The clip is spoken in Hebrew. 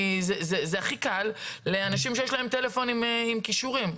זה הכי קל לאנשים שיש להם טלפונים עם קישורים.